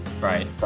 Right